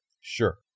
Sure